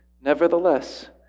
Nevertheless